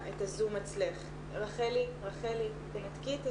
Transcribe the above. משרד החינוך מפעיל קו שמאויש על ידי